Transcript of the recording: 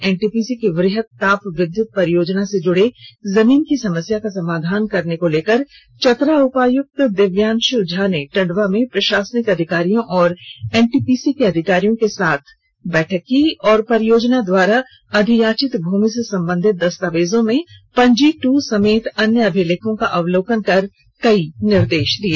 NTPC की ब्रहंत ताप विध्यत परियोजना से जुड़े जमीन की समस्या का समाधान करने को लेकर चतरा उपायुक्त दिव्यांश् झा ने टंडवा में प्रशासनिक अधिकारियों और एनटीपीसी के अधिकारियों के साथ बैठक की और परियोजना द्वारा अधियाचित भूमि से संबंधित दस्तावेजों में पंजी ट्र समेत अन्य अभिलेखों का अवलोकन कर कई निर्देश दिए